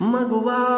Maguva